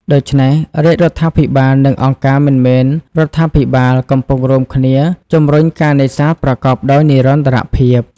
ដូច្នេះ រាជរដ្ឋាភិបាលនិងអង្គការមិនមែនរដ្ឋាភិបាលកំពុងរួមគ្នាជំរុញការនេសាទប្រកបដោយនិរន្តរភាព។